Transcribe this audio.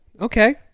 Okay